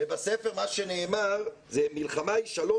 ובספר מה שנאמר זה "מלחמה היא שלום,